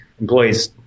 employees